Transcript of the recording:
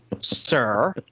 sir